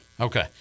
okay